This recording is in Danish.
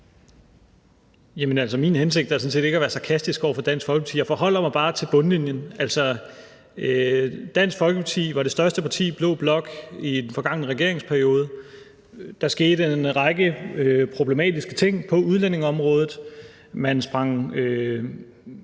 Min hensigt er sådan set ikke at være sarkastisk over for Dansk Folkeparti. Jeg forholder mig bare til bundlinjen; altså, Dansk Folkeparti var det største parti i blå blok i den forgangne regeringsperiode. Der skete en række problematiske ting på udlændingeområdet. Man sprang,